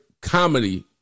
comedy